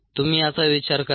तुम्ही याचा विचार करा